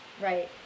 right